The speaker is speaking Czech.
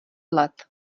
let